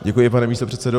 Děkuji, pane místopředsedo.